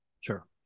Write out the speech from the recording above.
sure